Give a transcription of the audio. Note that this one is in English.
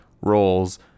roles